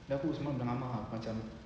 then aku semua bilang amar macam